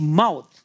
mouth